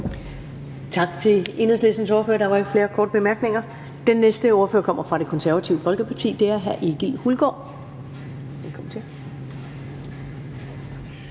Tak til Enhedslistens ordfører. Der er ikke flere korte bemærkninger. Den næste ordfører kommer fra Det Konservative Folkeparti, og det er hr. Egil Hulgaard. Kl.